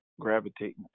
gravitating